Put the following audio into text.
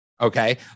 Okay